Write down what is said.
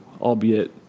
albeit